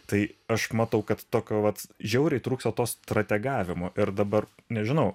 tai aš matau kad tokio vat žiauriai trūksta to strategavimo ir dabar nežinau